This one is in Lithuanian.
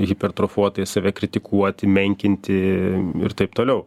hipertrofuotai save kritikuoti menkinti ir taip toliau